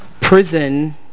Prison